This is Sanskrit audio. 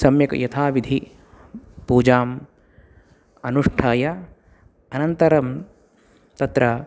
सम्यक् यथा विधिपूजाम् अनुष्ठाय अनन्तरं तत्र